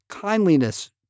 kindliness